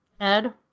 Ed